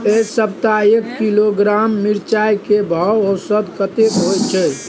ऐ सप्ताह एक किलोग्राम मिर्चाय के भाव औसत कतेक होय छै?